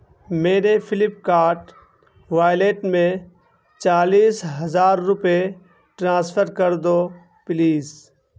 میرے فلپکارٹ والیٹ میں چالیس ہزار روپے ٹرانسفر کر دو پلیز